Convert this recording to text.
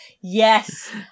yes